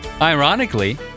Ironically